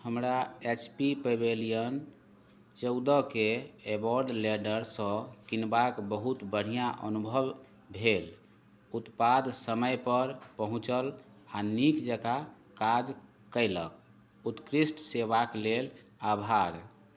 हमरा H P Pavilion चौदहके एबोर्ड लैडरसे किनबाक बहुत बढ़िआँ अनुभव भेल उत्पाद समयपर पहुँचल आओर नीक जकाँ काज कएलक उत्कृष्ट सेवाके लेल आभार